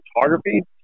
photography